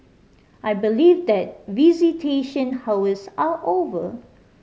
I believe that visitation hours are over